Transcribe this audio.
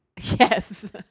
Yes